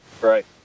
Right